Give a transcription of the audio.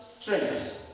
strength